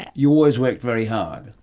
and you always worked very hard.